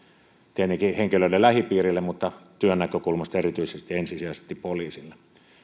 tietenkin henkilöiden lähipiirille mutta työn näkökulmasta erityisesti ja ensisijaisesti poliisille